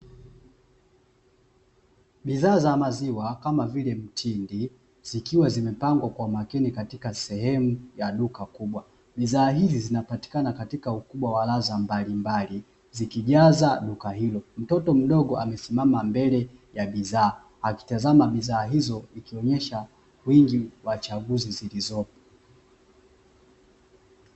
Bidhaa za maziwa kama vile mtindi zikiwa zimepangwa kwa makini katika sehemu ya duka kubwa, bidhaa hizi zinapatikana katika ukubwa wa ladha mbalimbali zikijaza duka hilo, mtoto mdogo amesimama mbele ya bidhaa akitazama bidhaa hizo kuonyeshwa wingi wa chaguzi zilizopo.